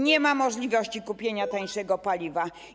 Nie ma możliwości kupienia tańszego paliwa.